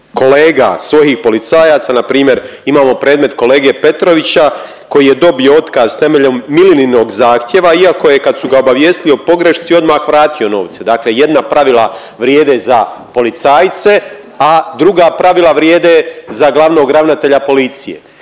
kolega, svojih policajaca, npr. imamo predmet kolege Petrovića koji je dobio otkaz temeljem Milininog zahtjeva iako je kad su ga obavijestili o pogrešci odmah vratio novce, dakle jedna pravila vrijede za policajce, a druga pravila vrijede za glavnog ravnatelja policije.